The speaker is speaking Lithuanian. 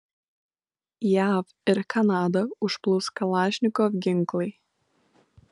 jav ir kanadą užplūs kalašnikov ginklai